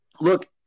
look